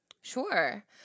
Sure